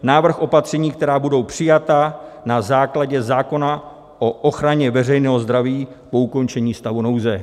Návrh opatření, která budou přijata na základě zákona o ochraně veřejného zdraví po ukončení stavu nouze.